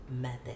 method